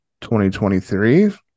2023